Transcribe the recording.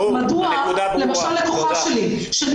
מדוע לקוחה שלי,